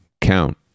count